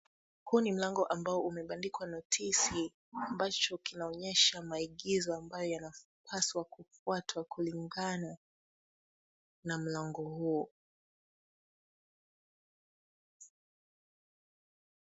Huu ni mlango ambao umebandikwa [csnotisi ambacho kinaonyesha maagizo ambayo yanapaswa kufuatwa kulingana na mlango huo.